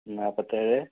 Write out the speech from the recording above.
നാല്പത്തേഴ്